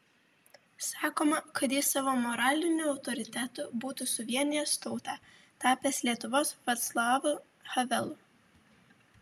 sakoma kad jis savo moraliniu autoritetu būtų suvienijęs tautą tapęs lietuvos vaclavu havelu